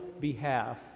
behalf